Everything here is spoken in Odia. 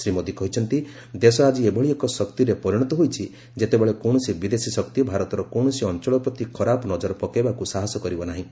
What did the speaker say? ଶ୍ରୀ ମୋଦି କହିଛନ୍ତି ଦେଶ ଆଜି ଏଭଳି ଏକ ଶକ୍ତିରେ ପରିଣତ ହୋଇଛି ଯେତେବେଳେ କୌଣସି ବିଦେଶୀ ଶକ୍ତି ଭାରତର କୌଣସି ଅଞ୍ଚଳ ପ୍ରତି ଖରାପ ନଜର ପକାଇବାକୃ ସାହାସ କରିବ ନାହିଁ